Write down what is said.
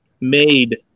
made